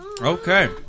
Okay